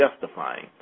justifying